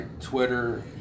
Twitter